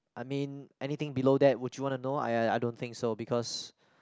I mean anything below that would you want to know I don't think so because